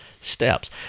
steps